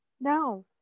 No